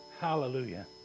hallelujah